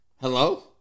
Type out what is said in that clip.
Hello